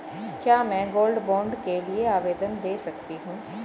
क्या मैं gold bond के लिए आवेदन दे सकती हूँ?